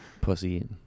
Pussy